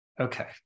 Okay